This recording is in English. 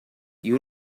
you